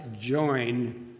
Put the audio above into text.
join